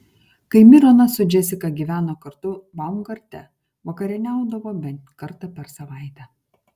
kai mironas su džesika gyveno kartu baumgarte vakarieniaudavo bent kartą per savaitę